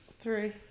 Three